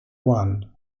one